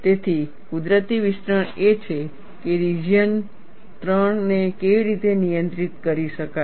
તેથી કુદરતી વિસ્તરણ એ છે કે રિજિયન 3 ને કેવી રીતે નિયંત્રિત કરી શકાય